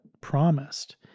promised